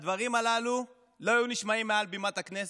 הדברים הללו לא היו נשמעים מעל בימת הכנסת,